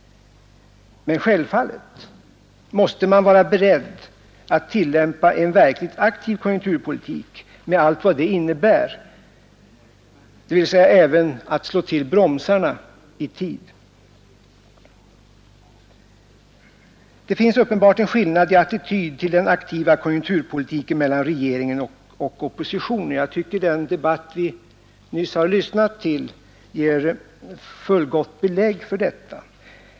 Men självfallet måste man vara beredd att tillämpa en verkligt aktiv konjunkturpolitik med allt vad det innebär, alltså även att slå till bromsarna i tid. Det finns uppenbart en skillnad i attityd till den aktiva konjunkturpolitiken mellan regeringen och oppositionen. Jag tycker att den debatt vi nyss har lyssnat till ger fullgott belägg för detta påstående.